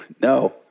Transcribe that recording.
no